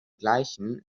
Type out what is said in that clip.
gleichen